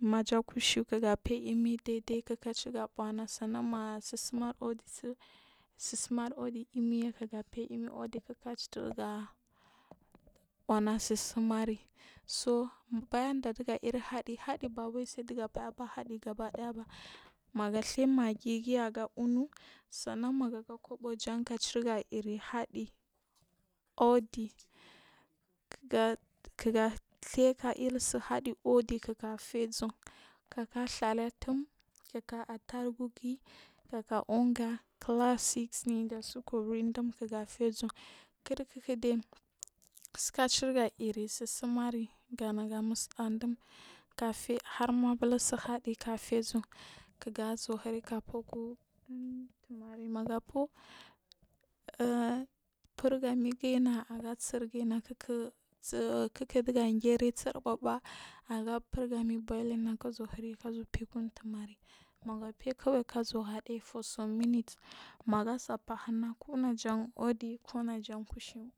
maja kushu kigafe imi ɗai ɗai kik citu ga ifuna ituga funa asusimuri bawari saiɗugu fayaba haɗigaba ɗaya bam aga itly maggigin aga unu sannan maaga ga kobojen ga citirga iyi hadi uɗiga kikga ɗliy kair uɗi kikga fesu ka ka uɗhali atum kaka atargug kaka unga classis ɗasukorig ɗum kukgu fe uzun kir kidai suka cirga iaw tsusinari ga naga musudagu ɗum kafin har ma busu aji kafe vum kikga zuwa hiriga kuku mega hir gafuu ku untuman mega fun furgamigirna aga tsiegina kiki su kik ɗugan ge ri tsir bubua aga furgamii voi ingna ga zuluiri ga zuwa feku untumari sai kawai ga zuwa ghaɗe ga for some minuts ma yasa fahina kumaja uɗi kukui a kushue.